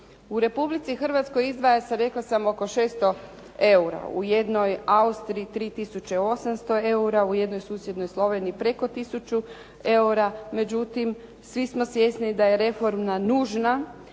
U Republici Hrvatskoj izdvaja se, rekla sam oko 600 EUR-a, u jednoj Austriji 3 tisuće 800 EUR-a, u jednoj susjednoj Sloveniji preko 1000 EUR-a međutim svi smo svjesni da je reforma nužna